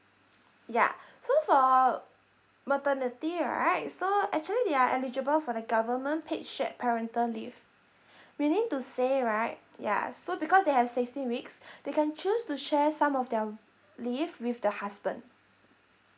yeah so for maternity right so actually they are eligible for the government paid shared parental leave meaning to say right ya so because they have sixteen weeks they can choose to share some of their leave with the husband